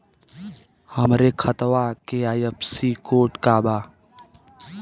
हमरे खतवा के आई.एफ.एस.सी कोड का बा?